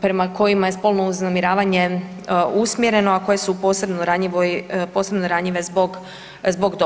prema kojima je spolno uznemiravanje usmjereno, a koje su posebno ranjive zbog dobi.